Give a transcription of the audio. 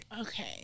Okay